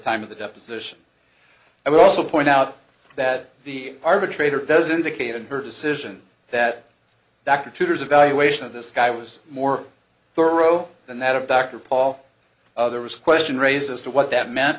time of the deposition i would also point out that the arbitrator does indicate in her decision that dr tutor's evaluation of this guy was more thorough than that of dr paul there was a question raised as to what that meant